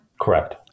Correct